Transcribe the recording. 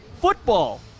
Football